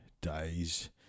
days